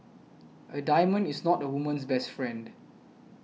a diamond is not a woman's best friend